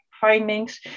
findings